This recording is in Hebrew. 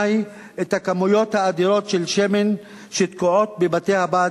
את הכמויות האדירות של שמן שתקועות בבתי-הבד.